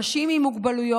אנשים עם מוגבלויות,